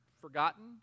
forgotten